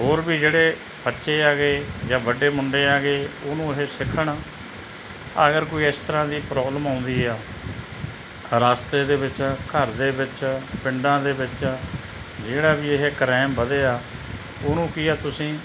ਹੋਰ ਵੀ ਜਿਹੜੇ ਬੱਚੇ ਹੈਗੇ ਜਾਂ ਵੱਡੇ ਮੁੰਡੇ ਹੈਗੇ ਉਹਨੂੰ ਇਹ ਸਿੱਖਣ ਅਗਰ ਕੋਈ ਇਸ ਤਰ੍ਹਾਂ ਦੀ ਪ੍ਰੋਬਲਮ ਆਉਂਦੀ ਆ ਰਸਤੇ ਦੇ ਵਿੱਚ ਘਰ ਦੇ ਵਿੱਚ ਪਿੰਡਾਂ ਦੇ ਵਿੱਚ ਜਿਹੜਾ ਵੀ ਇਹ ਕਰਾਇਮ ਵਧਿਆ ਉਹਨੂੰ ਕੀ ਆ ਤੁਸੀਂ